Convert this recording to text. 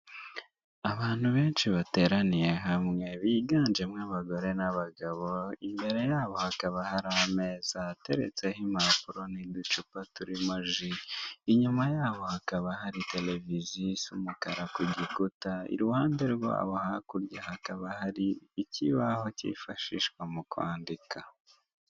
Abantu benshi bateraniye hamwe, biganje mo abagore n'abagabo, imbere yabo hakaba hari ameza yateretseho impapuro n'indi icupa turimo ji, inyuma yabo hakaba hari televiziyo isa umukara ku gikuta, i ruhande rwabo hakurya hakaba hari ikibaho cyifashishwa mu kwandika.